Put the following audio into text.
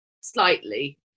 slightly